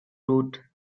wrote